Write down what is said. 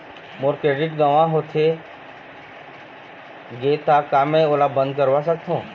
मोर credit गंवा होथे गे ता का मैं ओला बंद करवा सकथों?